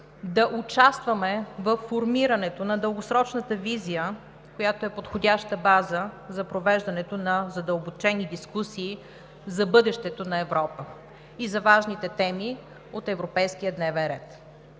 да участваме във формирането на дългосрочната визия, която е подходяща база за провеждането на задълбочени дискусии за бъдещето на Европа и за важните теми от европейския дневен ред.